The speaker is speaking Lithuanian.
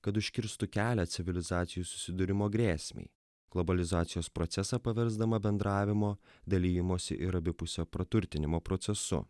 kad užkirstų kelią civilizacijų susidūrimo grėsmei globalizacijos procesą paversdama bendravimo dalijimosi ir abipusio praturtinimo procesu